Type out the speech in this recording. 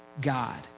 God